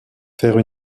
faire